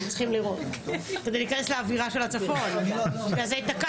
תתחיל להגיד כמה מילים ואז תראה את המצגת,